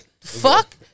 Fuck